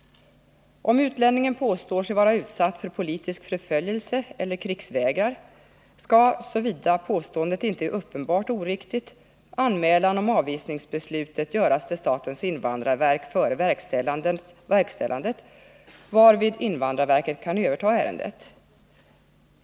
Om utlänningen påstår sig vara utsatt för politisk förföljelse eller krigsvägrar skall. såvida påståendet inte är uppenbart oriktigt, anmälan om avvisningsbeslutet göras till statens invandrarverk före verkställandet, varvid invandrarverket kan överta ärendet.